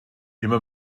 immer